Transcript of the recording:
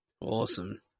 Awesome